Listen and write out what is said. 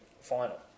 final